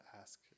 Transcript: ask